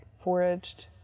foraged